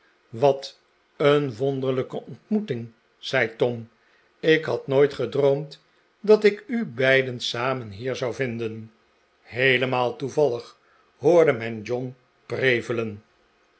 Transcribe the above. wat een wonderlrjke ontmoeting zei tom ik had nooit gedroomd dat ik u beiden samen hier zou vinden heelemaal toevallig hoorde men john prevelen